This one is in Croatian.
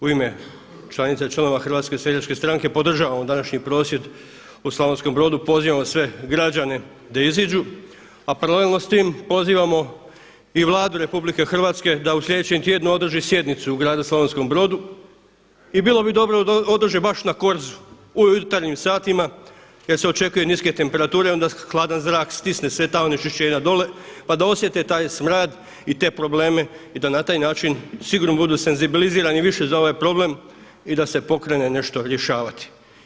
U ime članica i članova HSS-a podržavamo današnji prosvjed u Slavonskom Brodu, pozivamo sve građane da iziđu a paralelno s time pozivamo i Vladu RH da u sljedećem tjednu održi sjednicu u gradu Slavonskom Brodu i bilo bi dobro da održe baš na Korzu, u jutarnjim satima jer se očekuju niske temperature onda hladan zrak stisne sva ta onečišćenja dolje pa da osjete taj smrad i te probleme i da na taj način sigurno budu senzibilizirani više za ovaj problem i da se pokrene nešto rješavati.